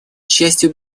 частью